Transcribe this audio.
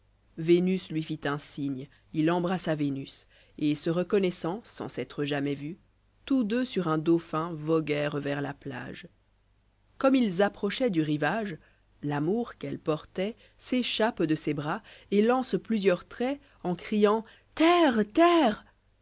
vénus lui fit un signé il embrassa vénus et se reconnoissant sans s'être jamais vus tous deux sur un dauphin voguèrent vers la plage comme ils apprôehoient du rivage l'amour qu'elle portôit s'échappe de ses bras et lance plusieurs traits en criant terre terre